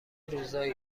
روزایی